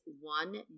one